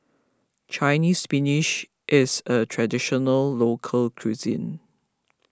Chinese Spinach is a Traditional Local Cuisine